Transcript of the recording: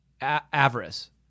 avarice